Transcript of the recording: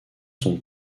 sont